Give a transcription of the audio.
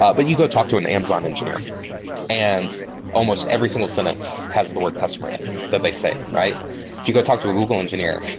ah but you go talk to an amazon engineer and almost every single sentence has the word customer in it that they say, right? if you go talk to a google engineer,